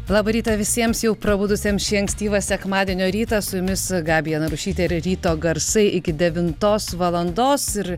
labą rytą visiems jau prabudusiem šį ankstyvą sekmadienio rytą su jumis gabija narušytė ir ryto garsai iki devintos valandos ir